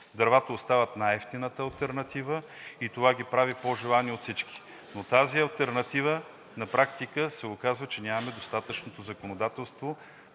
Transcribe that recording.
Дървата остават най-евтината алтернатива и това ги прави по-желани от всички. Но тази алтернатива на практика се оказва, че нямаме достатъчно законодателство